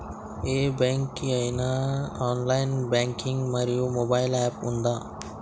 ఏ bank కి ఐనా online banking మరియు మొబైల్ యాప్ ఉందా?